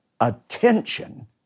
attention